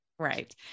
Right